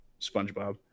spongebob